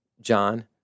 John